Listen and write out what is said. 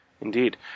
Indeed